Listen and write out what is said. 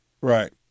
Right